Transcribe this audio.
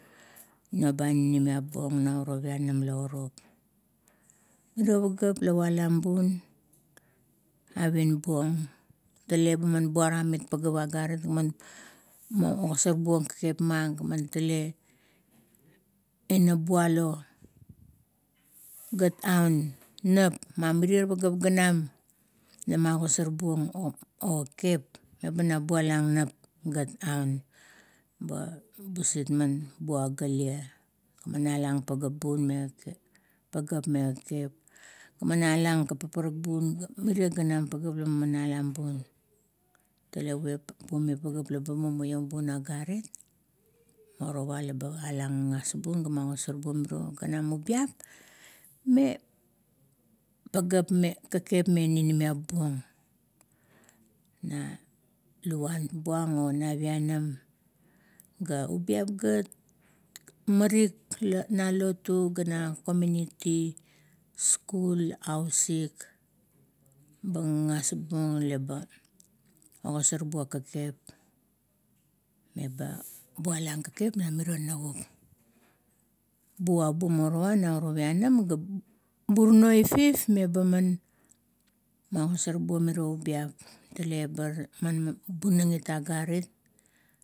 Noba ninimiap buong nauro pianam laurup, merio pageap, la walam bun, "avienbuong", tale baman buaram it pageap agarit, gaman ogasar buong kekep ma, gaman tale inabualo gat un, nap mamirie pageap ganam lamagosor buong o kekep, ba ina gat bualang nap aun. Ba busit manbugalia man alangbun me kekep, la man alang gat paparak bun, ga mire ganam pageap ma alambung. Tale pumeng pageap ba mumaiom bun agarit, morowa laba alang gagas bun, ga magosor buong miroganam ubiap, me pageap me kekep me ninimiap buong. Na laguan buang o napianam ga ubiap, marik na lotu gana komiuniti, skul, ausik. Ba gagas buong leba ogosar buong kekep meba bualang kekep memiro naup. Buabu morowa nauro pianam ga burano ifif mebaman magosor buong miro ubiap, tale baman bunang agarit.